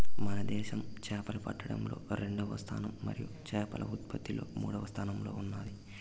మన దేశం చేపలు పట్టడంలో రెండవ స్థానం మరియు చేపల ఉత్పత్తిలో మూడవ స్థానంలో ఉన్నాది